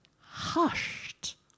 hushed